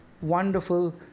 wonderful